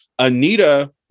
Anita